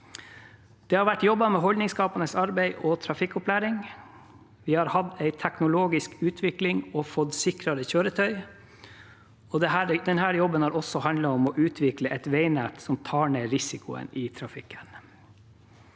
Det har vært jobbet med holdningsskapende arbeid og trafikkopplæring, og vi har hatt en teknologisk utvikling og fått sikrere kjøretøy. Denne jobben har også handlet om å utvikle et veinett som tar ned risikoen i trafikken.